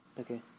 Okay